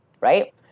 Right